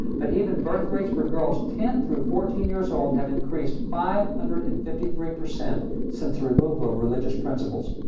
but even birthrates for girls ten through fourteen years old have increased five hundred and fifty three percent since the removal of religious principles.